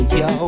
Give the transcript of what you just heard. yo